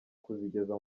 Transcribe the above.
kuzigeza